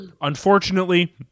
Unfortunately